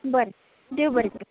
बरें देव बरें करूं